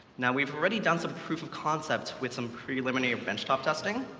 now, we've already done some proof of concept with some preliminary bench-top testing.